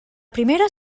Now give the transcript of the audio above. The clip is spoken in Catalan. primera